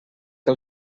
que